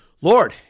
Lord